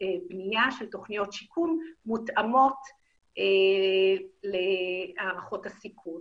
בנייה של תוכניות שיקום מותאמות להערכות הסיכון.